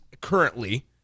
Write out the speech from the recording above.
currently